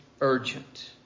urgent